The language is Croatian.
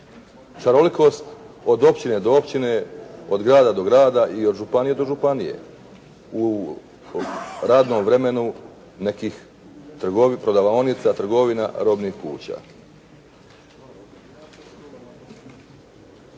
šarolikost od općine do općine, od grada do grada i od županije do županije u radnom vremenu nekih prodavaonica, trgovina, robnih kuća.